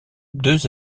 deux